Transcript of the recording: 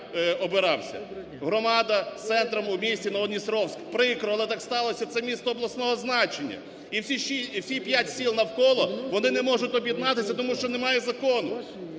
Громада з центром у місті Новодністровськ. Прикро, але так сталося, це місто обласного значення, і всі 5 сіл навколо вони не можуть об'єднатися, тому що немає закону.